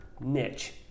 niche